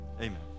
amen